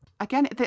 Again